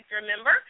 Remember